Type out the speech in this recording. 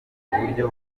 kuburyo